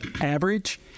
average